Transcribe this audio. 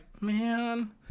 man